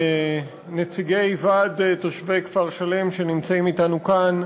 נציגי ועד תושבי כפר-שלם שנמצאים אתנו כאן,